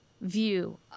view